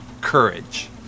courage